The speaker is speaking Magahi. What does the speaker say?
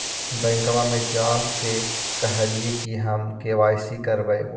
बैंकवा मे जा के कहलिऐ कि हम के.वाई.सी करईवो?